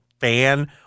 fan